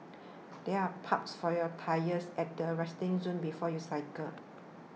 there are pumps for your tyres at the resting zone before you cycle